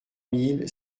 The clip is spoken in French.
mille